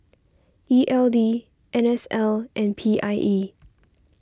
E L D N S L and P I E